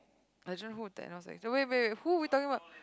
wait wait who are we talking about